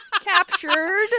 Captured